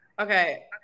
okay